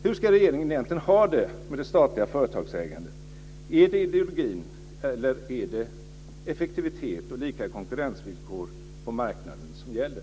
Hur ska regeringen egentligen ha det med det statliga företagsägandet? Är det ideologin eller är det effektivitet och lika konkurrensvillkor på marknaden som gäller?